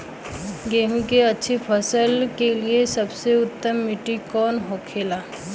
गेहूँ की अच्छी फसल के लिए सबसे उत्तम मिट्टी कौन होखे ला?